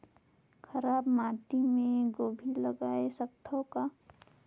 खराब माटी मे गोभी जगाय सकथव का?